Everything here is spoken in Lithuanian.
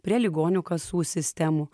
prie ligonių kasų sistemų